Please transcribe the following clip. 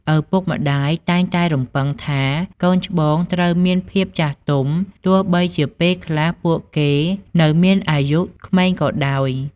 ឪពុកម្ដាយតែងតែរំពឹងថា កូនច្បងត្រូវមានភាពចាស់ទុំ ទោះបីជាពេលខ្លះពួកគេនៅមានអាយុក្មេងក៏ដោយ។